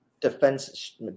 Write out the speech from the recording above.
defense